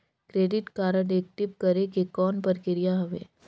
Credit card active करे के कौन प्रक्रिया हवे?